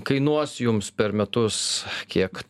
kainuos jums per metus kiek